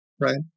right